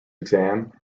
exam